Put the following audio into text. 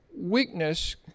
Weakness